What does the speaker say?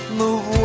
move